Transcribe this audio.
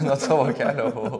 nuo tavo kelio buvau